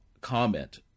comment